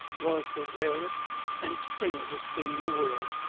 was the rarest and strangest thing in the world.